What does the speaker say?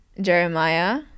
Jeremiah